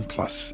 Plus